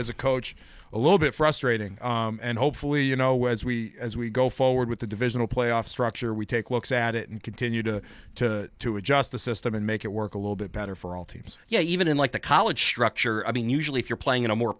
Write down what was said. as a coach a little bit frustrating and hopefully you know where as we as we go forward with the divisional playoff structure we take looks at it and continue to to to adjust the system and make it work a little bit better for all teams yeah even in like the college structure i mean usually if you're playing in a more